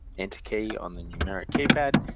enter key on the numeric keypad,